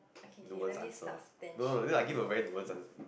no one's answer no then I give a very nuance ans~